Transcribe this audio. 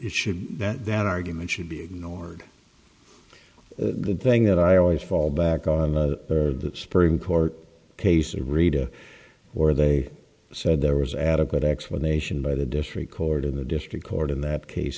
it should that that argument should be ignored good thing that i always fall back on the bird that spring court case a reader or they said there was adequate explanation by the district court in the district court in that case